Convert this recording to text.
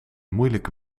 moeilijke